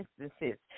instances